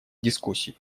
дискуссий